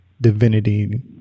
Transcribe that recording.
divinity